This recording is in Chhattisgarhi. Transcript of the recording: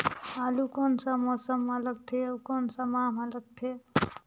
आलू कोन सा मौसम मां लगथे अउ कोन सा माह मां लगथे?